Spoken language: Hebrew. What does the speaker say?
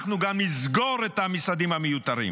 אנחנו גם נסגור את המשרדים המיותרים